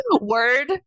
word